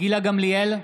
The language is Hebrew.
גילה גמליאל,